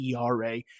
ERA